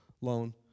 loan